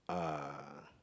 uh